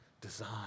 design